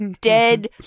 dead